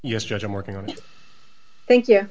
yes judge i'm working on thank you